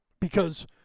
because-